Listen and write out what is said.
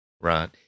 Right